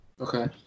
Okay